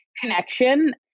connection